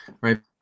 right